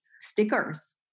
stickers